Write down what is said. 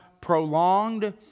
prolonged